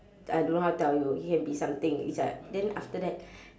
I don't know how to tell you he can be something it's like then after that